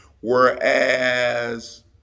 Whereas